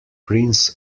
prince